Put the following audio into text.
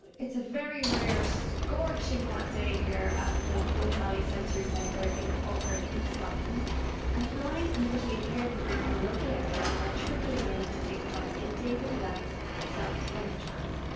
it's a very rare scorching hot day here at the forth valley sensory centre in falkirk in scotland and blind and visually-impaired people from the local area are trickling in to take part in david black's self-defence class.